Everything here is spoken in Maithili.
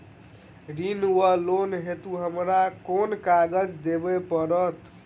ऋण वा लोन हेतु हमरा केँ कागज देबै पड़त?